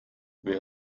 wer